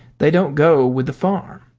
they don't go with the farm.